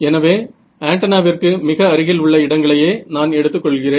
எனவே ஆன்டென்னாவிற்கு மிக அருகில் உள்ள இடங்களையே நான் எடுத்துக் கொள்கிறேன்